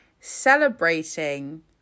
celebrating